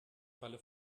falle